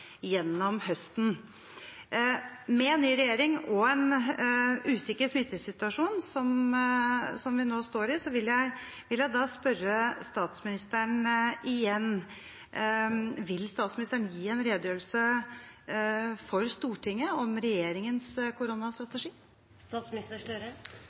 gjennom høsten. Med ny regjering og en usikker smittesituasjon, som vi nå står i, vil jeg spørre statsministeren igjen: Vil statsministeren gi en redegjørelse for Stortinget om regjeringens